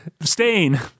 stain